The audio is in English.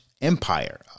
empire